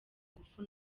ngufu